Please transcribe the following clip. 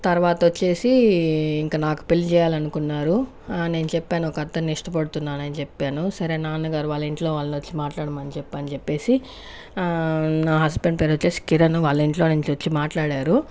తర్వాత వచ్చేసి ఇంక నాకు పెళ్ళి చేయాలనుకున్నారు నేను చెప్పాను ఒకతన్ని ఇష్టపడుతున్నాను అని చెప్పాను సరే నాన్నగారు వాళ్ళింట్లో వాళ్ళనొచ్చి మాట్లాడమని చెప్పు అని చెప్పేసి నా హస్బెండ్ పేరు వచ్చేసి కిరణ్ వాళ్ళ ఇంట్లో నుంచి వచ్చి మాట్లాడారు